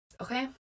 okay